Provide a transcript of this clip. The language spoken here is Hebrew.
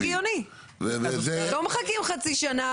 ואז זה הגיוני, לא מחכים חצי שנה.